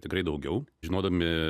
tikrai daugiau žinodami